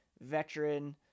veteran